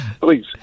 Please